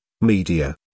media